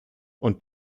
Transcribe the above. und